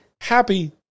happy